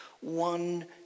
one